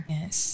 Yes